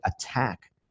attack